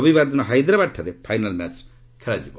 ରବିବାର ଦିନ ହାଇଦ୍ରାବାଦାଠାରେ ଫାଇନାଲ୍ ମ୍ୟାଚ୍ ଖେଳାଯିବ